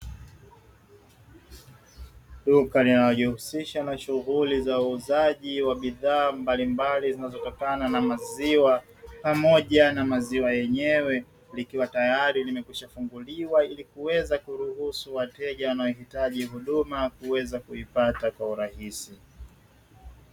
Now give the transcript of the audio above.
Duka linalojihusisha na shughuli za uuzaji wa bidhaa mbailmbali zinazotokana na maziwa pamoja na maziwa yenyewe likiwa tayari, limekwisha funguliwa ili kuweza kuruhusu wateja wanaohitaji huduma kuweza kuipata kwa urahisi.